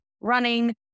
running